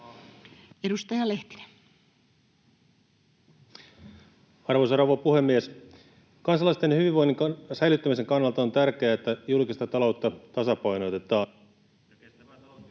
16:57 Content: Arvoisa rouva puhemies! Kansalaisten hyvinvoinnin säilyttämisen kannalta on tärkeää, että julkista taloutta tasapainotetaan...